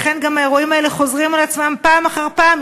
לכן האירועים האלה גם חוזרים על עצמם פעם אחר פעם.